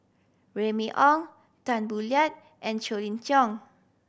Remy Ong Tan Boo Liat and Colin Cheong